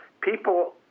People